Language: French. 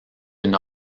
une